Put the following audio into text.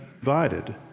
divided